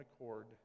accord